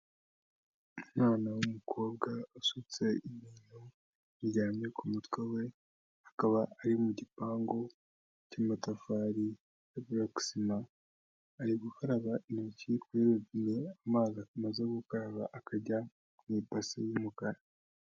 Umwana w'umukobwa usutse ibintu biryamye ku mutwe we, akaba ari mu gipangu cy'amatafari ya buroke sima, ari gukaraba intoki kuri robone, amazi amaze gukaraba akajya mu ibasi y'umukara.